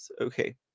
okay